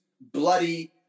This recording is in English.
bloody